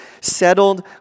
settled